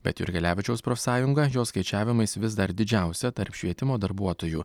bet jurgelevičiaus profsąjunga jo skaičiavimais vis dar didžiausia tarp švietimo darbuotojų